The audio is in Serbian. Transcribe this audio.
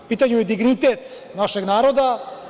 U pitanju je dignitet našeg naroda.